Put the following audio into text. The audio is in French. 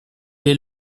est